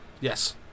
yes